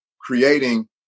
creating